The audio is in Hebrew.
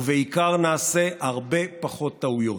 ובעיקר, נעשה הרבה פחות טעויות.